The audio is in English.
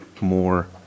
more